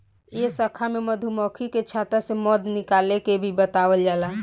ए शाखा में मधुमक्खी के छता से मध निकाले के भी बतावल जाला